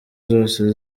zose